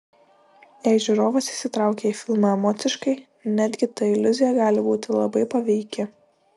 jei žiūrovas įsitraukia į filmą emociškai netgi ta iliuzija gali būti labai paveiki